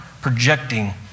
projecting